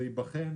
זה ייבחן